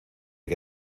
que